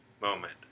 moment